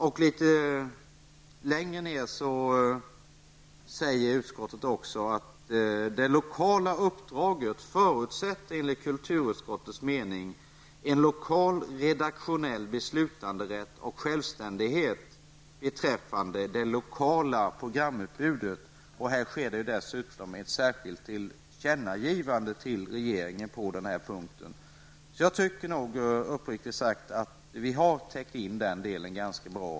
Utskottet säger vidare att det lokala uppdraget enligt kulturutskottets mening förutsätter en lokal redaktionell beslutanderätt och självständighet beträffande det lokala programutbudet. På den här punkten görs dessutom ett särskilt tillkännagivande till regeringen. Jag tycker uppriktigt sagt att vi har täckt in den delen ganska bra.